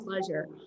pleasure